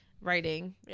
writing